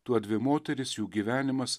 tuodvi moterys jų gyvenimas